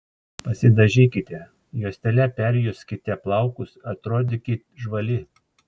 pasidažykite juostele perjuoskite plaukus atrodykit žvali